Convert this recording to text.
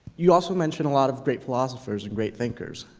you also mention a lot of great philosophers and great thinkers.